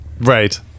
right